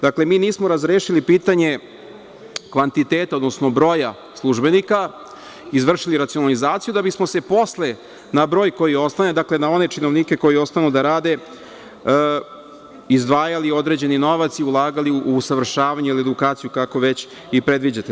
Dakle, mi nismo razrešili pitanje kvantiteta, odnosno broja službenika, izvršili racionalizaciju, da bismo se posle na broj koji ostane, dakle, na one činovnike koji ostanu da rade, izdvajali određeni novac i ulagali u usavršavanje ili edukaciju, kako već i predviđate.